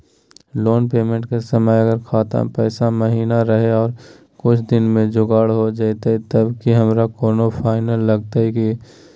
Loan payment के समय अगर खाता में पैसा महिना रहै और कुछ दिन में जुगाड़ हो जयतय तब की हमारा कोनो फाइन लगतय की?